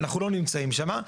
אנחנו לא נמצאים שם.